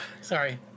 Sorry